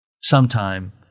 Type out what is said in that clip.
sometime